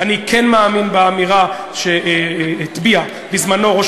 אני כן מאמין באמירה שטבע בזמנו ראש